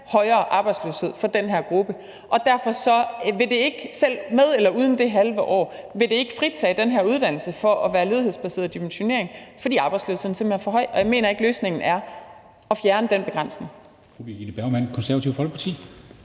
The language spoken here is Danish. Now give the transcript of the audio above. højere arbejdsløshed for den her gruppe. Derfor vil det ikke – med eller uden det halve år – fritage den her uddannelse for at være ledighedsbaseret dimensionering, for arbejdsløsheden er simpelt hen for høj, og jeg mener ikke, at løsningen er at fjerne den begrænsning.